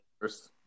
first